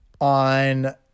on